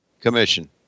commission